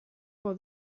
for